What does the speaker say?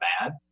bad